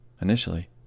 initially